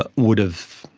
but would have,